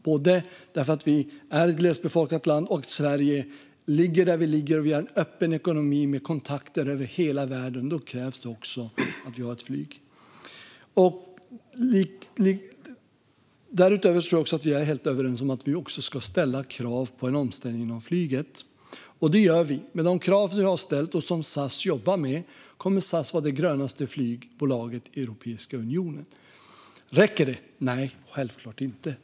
Sverige är ett glesbefolkat land, och Sverige ligger där det ligger. Vi har en öppen ekonomi med kontakter över hela världen. Då krävs det också att vi har ett flyg. Därutöver tror jag att jag och Jens Holm är helt överens om att vi ska ställa krav på en omställning av flyget, och det gör vi. Med de krav som vi har ställt och som SAS jobbar med kommer SAS att vara det grönaste flygbolaget i Europeiska unionen. Räcker det? Nej, självklart inte.